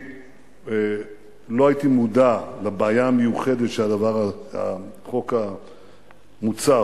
לא הייתי מודע לבעיה המיוחדת שהחוק המוצע,